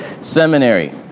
Seminary